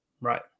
Right